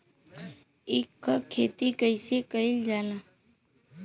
ईख क खेती कइसे कइल जाला?